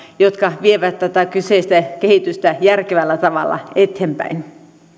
jotka vievät tätä kyseistä kehitystä järkevällä tavalla eteenpäin